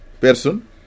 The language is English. person